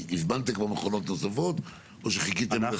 הזמנתם כבר מכונות נוספות או שחיכיתם לסוף הפיילוט?